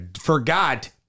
forgot